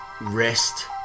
Rest